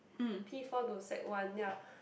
P-four to sec-one ya